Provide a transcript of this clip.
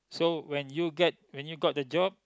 so when you get when you got the job